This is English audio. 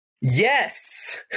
yes